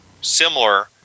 similar